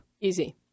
Easy